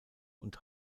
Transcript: und